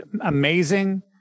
amazing